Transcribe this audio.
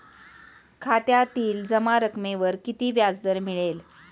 खात्यातील जमा रकमेवर किती व्याजदर मिळेल?